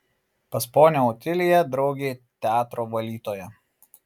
pas ponią otiliją draugė teatro valytoja